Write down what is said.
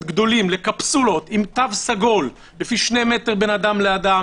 גדולים לקפסולות עם תו סגול לפי 2 מטר בין אדם לאדם,